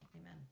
Amen